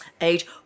Age